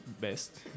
best